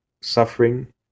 suffering